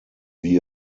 wie